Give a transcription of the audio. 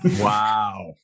Wow